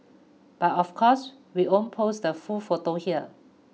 but of course we won't post the full photo here